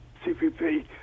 CPP